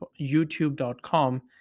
youtube.com